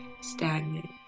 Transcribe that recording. stagnant